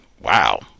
wow